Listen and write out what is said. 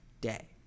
day